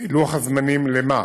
לוח זמנים למה?